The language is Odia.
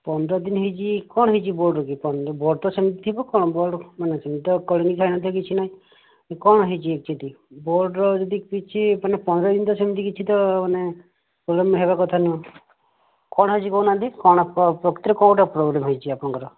ପନ୍ଦର ଦିନ ହେଇଛି କ'ଣ ହେଇଛି ବୋର୍ଡ଼ କି ପ ବୋର୍ଡ଼ ତ ସେମିତି ଥିବ କ'ଣ ବୋର୍ଡ଼ ମାନେ ସେମିତି ତ କଳଙ୍କି ଖାଇନଥିବ ତ କିଛି ନାହିଁ କ'ଣ ହେଇଛି କି ଏକ୍ଚୌଲି ବୋର୍ଡ଼ର ଯଦି କିଛି ମାନେ ପନ୍ଦର ଦିନ ସେମିତି କିଛି ତ ମାନେ ପ୍ରୋବ୍ଲେମ୍ ହେବା କଥା ନୁହଁ କ'ଣ ହେଇଛି କହୁ ନାହାନ୍ତି କ'ଣ ପ୍ରକୃତରେ କ'ଣ ଗୋଟେ ପ୍ରୋବ୍ଲେମ୍ ହେଇଛି ଆପଣଙ୍କର